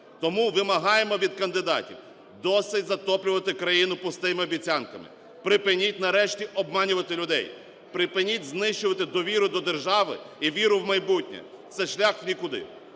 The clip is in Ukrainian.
Тому вимагаємо від кандидатів: досить затоплювати країну пустими обіцянками, припиніть нарешті обманювати людей. Припиніть знищувати довіру до держави і віру в майбутнє – це шлях в нікуди.